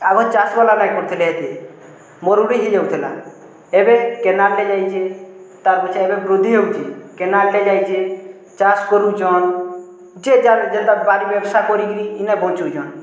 ଆଗ ଚାଷ୍ ଗଲା ନାଇଁ କରୁଥିଲେ ହେତେ ମରୁଡ଼ି ହେଇଯାଉଥିଲା ଏବେ କେନାଲ୍ଟେ ଯାଇଛେ ତାପଛେ ଏବେ ବୃଦ୍ଧି ହେଉଛି କେନାଲ୍ଟେ ଯାଇଛେ ଚାଷ୍ କରୁଚନ୍ ଯେ ଯାହାର୍ ଯେନ୍ତା ବାଡ଼ି ବ୍ୟବସାୟ କରିକିରି ଇନେ ବଂଚୁଚନ୍